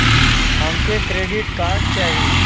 हमके credit card चाही